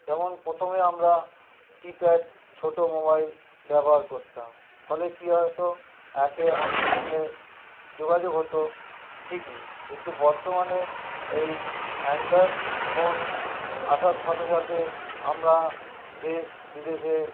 যেমন প্রথমে আমরা কী প্যাড ছোটো মোবাইল ব্যবহার করতাম ফলে কী হতো একে অন্যের সঙ্গে যোগাযোগ হতো ঠিকই কিন্তু বর্তমানে এই অ্যান্ড্রয়েড ফোন আসার সাথে সাথে আমরা দেশ বিদেশে